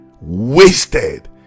wasted